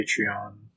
Patreon